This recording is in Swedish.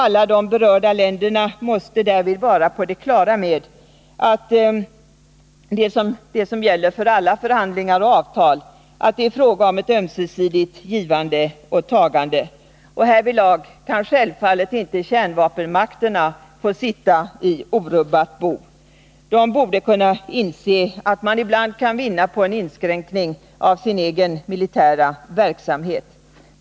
Alla de berörda länderna måste därvid vara på det klara med det som gäller för alla förhandlingar och avtal — att det är fråga om ett ömsesidigt givande och tagande. Härvidlag kan självfallet kärnvapenmakterna inte sitta i orubbat bo. De borde kunna inse att man ibland kan vinna på en inskränkning av sin egen militära verksamhet.